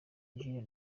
jules